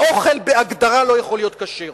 האוכל בהגדרה לא יכול להיות כשר.